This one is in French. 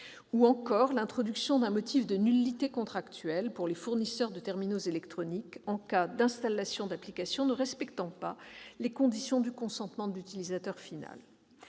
ou encore introduction d'un motif de nullité contractuelle pour les fournisseurs de terminaux électroniques en cas d'installation d'applications ne respectant pas les conditions du consentement de l'utilisateur final.